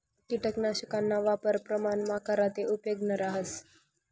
किटकनाशकना वापर प्रमाणमा करा ते उपेगनं रहास